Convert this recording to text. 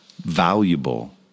valuable